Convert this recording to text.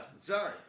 Sorry